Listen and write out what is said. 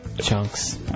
Chunks